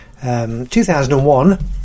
2001